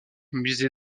musée